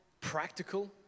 practical